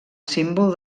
símbol